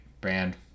brand